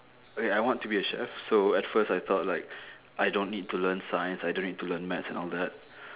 okay I want to be a chef so at first I thought like I don't need to learn science I don't need to learn maths and all that